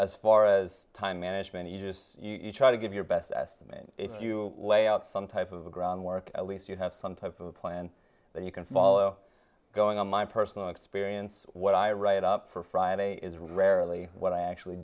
as far as time management you just you try to give your best estimate if you lay out some type of a groundwork at least you have some type of a plan that you can follow going on my personal experience what i write up for friday is rarely what i actually